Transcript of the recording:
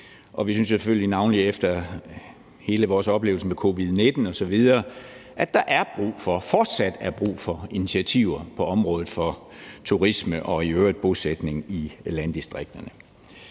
covid-19 osv., at der fortsat er brug for initiativer på området for turisme og i øvrigt bosætning i landdistrikterne.